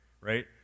right